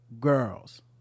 girls